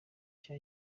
nshya